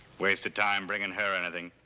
waste of time, bringing her anything.